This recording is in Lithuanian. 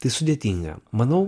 tai sudėtinga manau